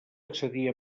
accedir